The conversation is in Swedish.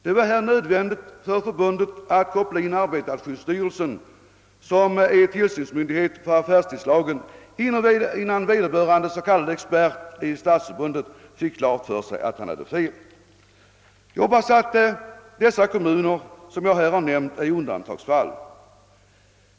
Det blev här nödvändigt för förbundet att koppla in arbetarskyddsstyrelsen, som är tillsynsmyndighet när det gäller affärstidslagen, innan vederbörande s.k. expert i Stadsförbundet fick klart för sig att han hade fel. Jag hoppas att de kommuner som jag här har nämnt är undantagsfall.